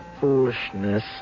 foolishness